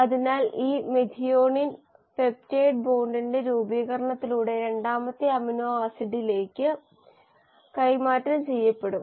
അതിനാൽ ഈ methionine peptide ബോണ്ടിന്റെ രൂപീകരണത്തിലൂടെ രണ്ടാമത്തെ അമിനോ ആസിഡിലേക്ക് കൈമാറ്റം ചെയ്യപ്പെടും